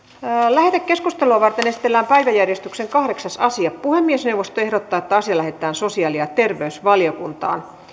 lähetekeskustelua varten esitellään päiväjärjestyksen kahdeksas asia puhemiesneuvosto ehdottaa että asia lähetetään sosiaali ja terveysvaliokuntaan